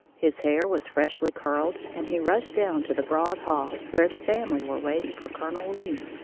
his hair was freshly curled, and he rushed down to the broad hall, where the family were waiting for colonel lee.